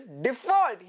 default